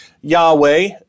Yahweh